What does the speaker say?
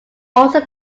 also